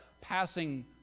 passing